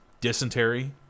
dysentery